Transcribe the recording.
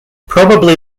probably